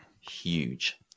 huge